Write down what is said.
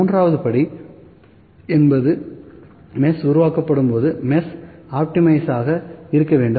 3 வது படி என்பது மெஷ் உருவாக்கப்படும் போது மெஷ் ஆப்டிமைஷ் ஆக இருக்க வேண்டும்